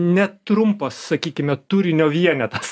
netrumpo sakykime turinio vienetas